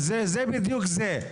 זה בדיוק זה.